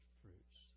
fruits